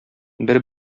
бер